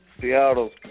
Seattle's